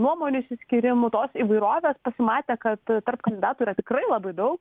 nuomonių išsiskyrimų tos įvairovės pasimatė kad tarp kandidatų yra tikrai labai daug